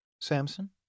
Samson